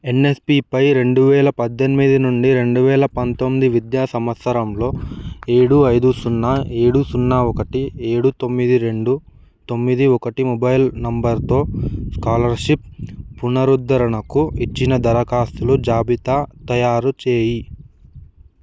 యన్ఎస్పిపై రెండువేల పద్దెనిమిది నుండి రెండువేల పంతొమ్మిది విద్యా సంవత్సరంలో ఏడు ఐదు సున్న ఏడు సున్న ఒకటి ఏడు తొమ్మిది రెండు తొమ్మిది ఒకటి మొబైల్ నంబరుతో స్కాలర్షిప్ పునరుద్ధరణకు ఇచ్చిన దరఖాస్తుల జాబితా తయారుచేయి